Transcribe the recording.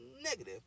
negative